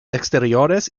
exteriores